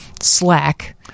slack